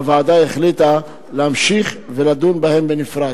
והוועדה החליטה להמשיך ולדון בהם בנפרד.